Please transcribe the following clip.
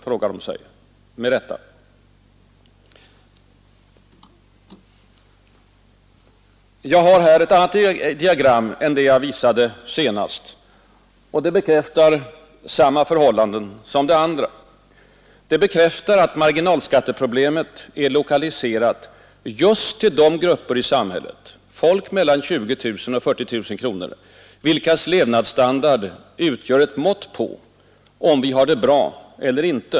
frågar de sig. Med rätta. Jag har här ett annat diagram än det jag visade senast. Och det bekräftar att marginalskatteproblemet är lokaliserat just till de grupper i samhället — folk med inkomster mellan 20 000 och 40 000 kronor vilkas levnadsstandard utgör ett mått på om vi har det bra eller inte.